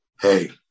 hey